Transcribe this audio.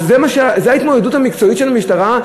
אז זו ההתמודדות המקצועית של המשטרה,